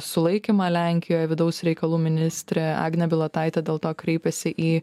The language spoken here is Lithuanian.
sulaikymą lenkijoj vidaus reikalų ministrė agnė bilotaitė dėl to kreipėsi į